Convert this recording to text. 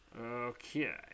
Okay